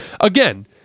Again